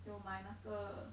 有买那个